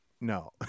no